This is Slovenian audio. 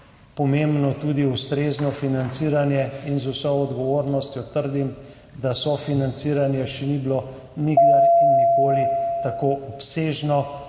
pomembno tudi ustrezno financiranje. Z vso odgovornostjo trdim, da sofinanciranje še ni bilo nikdar in nikoli tako obsežno,